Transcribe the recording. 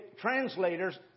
translators